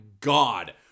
God